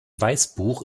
weißbuch